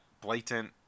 blatant